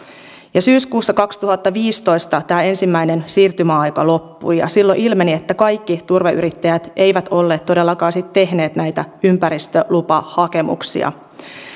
syyskuussa kaksituhattaviisitoista tämä ensimmäinen siirtymäaika loppui ja silloin ilmeni että kaikki turveyrittäjät eivät olleet todellakaan tehneet näitä ympäristölupahakemuksia